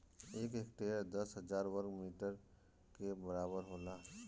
एक हेक्टेयर दस हजार वर्ग मीटर के बराबर होला